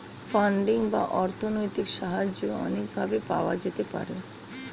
funding বা অর্থনৈতিক সাহায্য অনেক ভাবে পাওয়া যেতে পারে